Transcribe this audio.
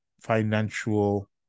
financial